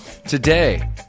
Today